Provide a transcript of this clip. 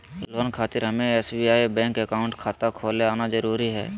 Loan खातिर हमें SBI bank account खाता खोल आना जरूरी है?